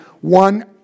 one